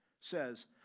says